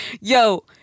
Yo